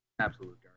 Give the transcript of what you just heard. Absolute